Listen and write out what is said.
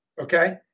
Okay